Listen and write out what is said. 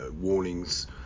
warnings